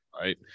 Right